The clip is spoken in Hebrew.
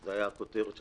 זו הייתה כותרת המסמך.